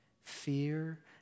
fear